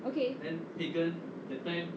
okay